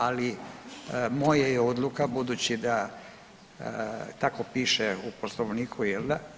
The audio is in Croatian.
Ali moja je odluka budući da tako piše u Poslovniku jel' da?